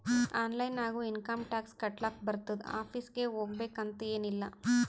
online ನಾಗು income tax ಕಟ್ಲಾಕ್ ಬರ್ತುದ್ ಆಫೀಸ್ಗ ಹೋಗ್ಬೇಕ್ ಅಂತ್ ಎನ್ ಇಲ್ಲ